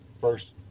first